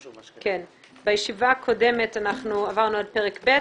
בישיבה הקודמת עברנו על פרק ב',